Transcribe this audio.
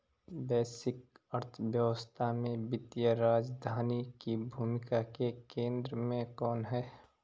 वैश्विक अर्थव्यवस्था में वित्तीय राजधानी की भूमिका के केंद्र में कौन है?